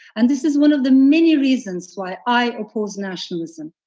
and this is one of the many reasons why i oppose nationalism,